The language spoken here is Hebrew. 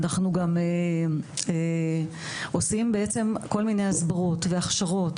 אנחנו גם עושים בעצם כל מיני הסברות והכשרות